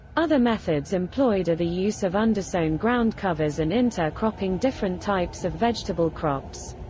other methods employed are the use of undersown ground covers and inter-cropping different types of vegetable crops.